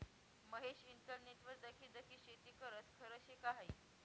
महेश इंटरनेटवर दखी दखी शेती करस? खरं शे का हायी